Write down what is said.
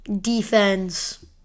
defense